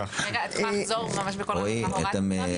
יכולה לחזור מה הורדתם?